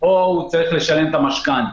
או שהוא צריך לשלם את המשכנתה.